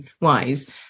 wise